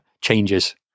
changes